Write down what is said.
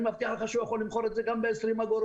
אני מבטיח לך שהוא יכול למכור את זה גם ב-20 אגורות.